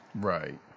Right